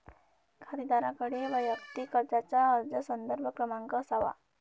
खातेदाराकडे वैयक्तिक कर्जाचा अर्ज संदर्भ क्रमांक असावा